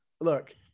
Look